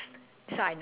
okay